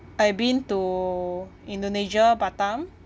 I've been to indonesia batam